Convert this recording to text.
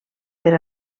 per